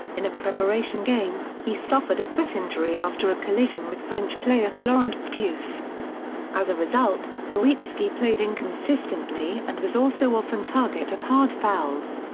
in a preparation game, he suffered a foot injury after a collision with french player florent but pietrus as a result, nowitzki played inconsistently and was also often target of hard fouls.